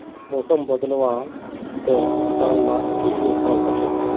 मौसम बदलाव से किसान लाक की नुकसान होचे?